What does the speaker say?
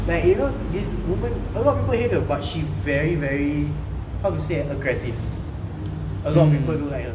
like you know this woman a lot of people hate her but she very very how to say ah aggressive a lot of people don't like her